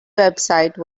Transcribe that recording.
website